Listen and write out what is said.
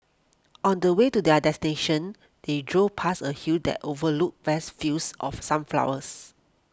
on the way to their destination they drove past a hill that overlooked vast fields of sunflowers